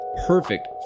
Perfect